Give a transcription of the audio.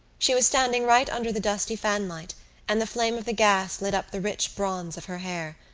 she was standing right under the dusty fanlight and the flame of the gas lit up the rich bronze of her hair,